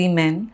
men